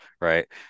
right